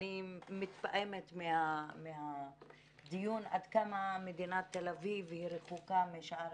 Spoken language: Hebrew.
אני מתפעמת מהדיון עד כמה מדינת תל אביב רחוקה משאר